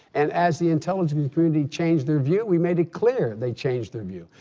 and as the intelligence community changed their view, we made it clear they changed their view.